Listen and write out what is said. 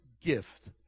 gift